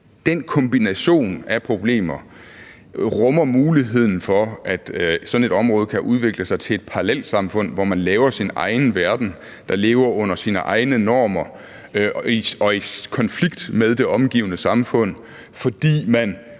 Den kombination af problemer rummer muligheden for, at sådan et område kan udvikle sig til et parallelsamfund, hvor man laver sin egen verden, der har sine egne normer, som man lever under dér, og som er i konflikt med det omgivende samfund, fordi man,